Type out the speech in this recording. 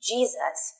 Jesus